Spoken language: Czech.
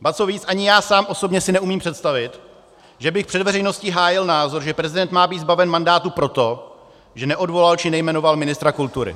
Ba co víc, ani já sám si neumím představit, že bych před veřejností hájil názor, že prezident má být zbaven mandátu proto, že neodvolal či nejmenoval ministra kultury.